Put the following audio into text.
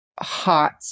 hot